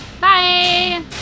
Bye